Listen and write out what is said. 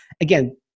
Again